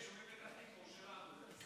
לרשותך עד חמש דקות.